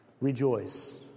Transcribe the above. Rejoice